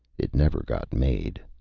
it never got made.